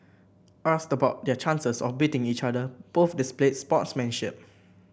asked about their chances of beating each other both displayed sportsmanship